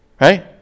Right